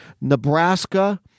Nebraska